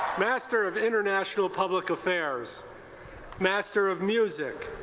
master of international public affairs master of music